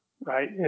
Right